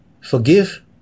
Forgive